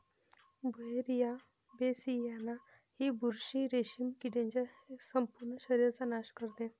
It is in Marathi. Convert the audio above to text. बुव्हेरिया बेसियाना ही बुरशी रेशीम किडीच्या संपूर्ण शरीराचा नाश करते